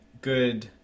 good